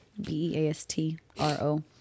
B-E-A-S-T-R-O